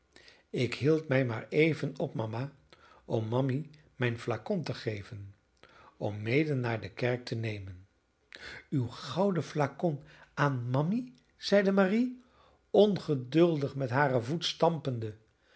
ik hield mij maar even op mama om mammy mijn flacon te geven om mede naar de kerk te nemen uw gouden flacon aan mammy zeide marie ongeduldig met haren voet stampende